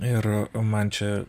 ir man čia